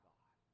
God